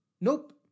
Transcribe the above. Nope